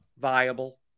viable